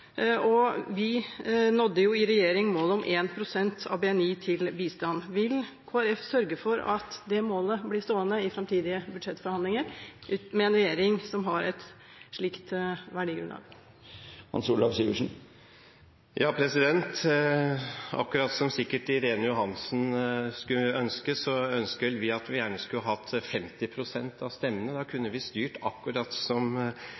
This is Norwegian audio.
og bistand. Vi nådde i regjering målet om 1 pst. av BNI til bistand. Vil Kristelig Folkeparti sørge for at det målet blir stående i framtidige budsjettforhandlinger med en regjering som har et slikt verdigrunnlag? Akkurat som Irene Johansen sikkert skulle ønske, ønsker vi at vi skulle hatt 50 pst. av stemmene. Da kunne vi styrt akkurat som